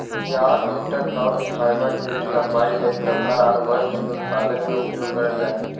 yarn interlock, fibre के एक लंबाई हय कपड़ा आर वस्त्र के उत्पादन में उपयोग करल जा हय